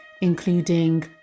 including